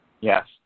Yes